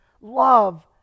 love